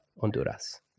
Honduras